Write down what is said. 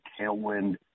tailwind